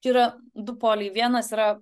čia yra du poliai vienas yra